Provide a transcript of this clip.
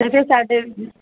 ਵੈਸੇ ਸਾਡੇ